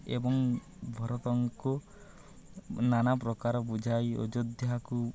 ଏବଂ ଭରତଙ୍କୁ ନାନା ପ୍ରକାର ବୁଝାଇ ଅଯୋଧ୍ୟାକୁ